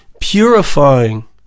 purifying